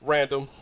Random